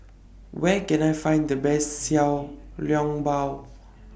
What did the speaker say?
Where Can I Find The Best Xiao Long Bao